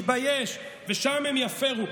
מתבייש, ושם הם יפריעו.